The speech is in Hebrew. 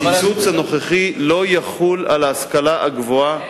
הקיצוץ הנוכחי לא יחול על ההשכלה הגבוהה.